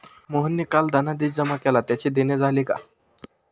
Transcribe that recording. मोहनने काल धनादेश जमा केला त्याचे देणे झाले का?